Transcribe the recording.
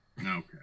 Okay